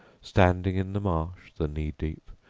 standing in the marsh, the kneedeep,